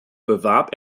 bewarb